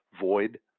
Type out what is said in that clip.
void